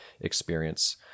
Experience